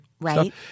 Right